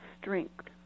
strength